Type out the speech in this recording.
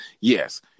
yes